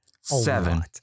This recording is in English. Seven